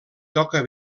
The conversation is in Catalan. toca